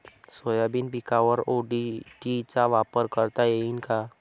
Soybean पिकावर ODT चा वापर करता येईन का?